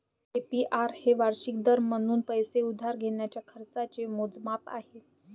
APR हे वार्षिक दर म्हणून पैसे उधार घेण्याच्या खर्चाचे मोजमाप आहे